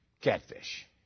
catfish